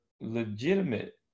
legitimate